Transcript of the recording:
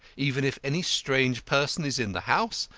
even if any strange person is in the house,